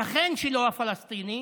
השכן שלו הפלסטיני